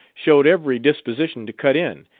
showed every disposition to cut in,